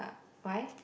why